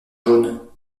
jaune